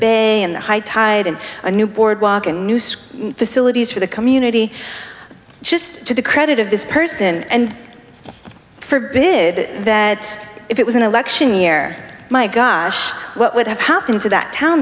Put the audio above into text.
the high tide and a new boardwalk and new facilities for the community just to the credit of this person and for bid that if it was an election year my gosh what would have happened to that town